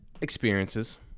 Experiences